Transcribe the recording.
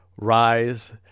rise